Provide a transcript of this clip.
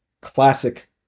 classic